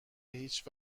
هیچ